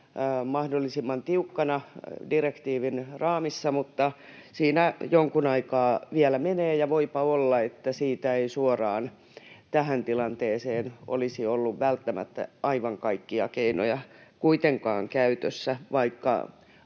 mahdollisimman tiukkana direktiivin raamissa, mutta siinä jonkun aikaa vielä menee, ja voipa olla, että siitä ei suoraan tähän tilanteeseen olisi ollut välttämättä aivan kaikkia keinoja kuitenkaan käytössä, vaikka